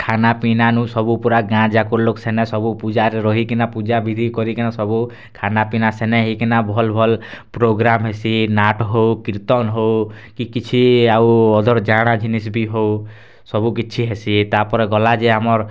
ଖାନାପିନା ନୁ ସବୁ ପୁରା ଗାଁ ଯାକର୍ ଲୋକ୍ ସେନେ ସବୁ ପୂଜାରେ ରହିକିନା ପୂଜା ବିଧି କରିକିନା ସବୁ ଖାନାପିନା ସେନେ ହେଇକିନା ଭଲ୍ ଭଲ୍ ପ୍ରୋଗ୍ରାମ୍ ହେସି ନାଟ୍ ହେଉ କୀର୍ତ୍ତନ୍ ହେଉ କି କିଛି ଆଉ ଅଦର୍ ଯାଣା ଜିନିଷ୍ ବି ହେଉ ସବୁକିଛି ହେସି ତା'ର୍ପରେ ଗଲା ଯେ ଆମର୍